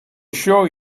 sure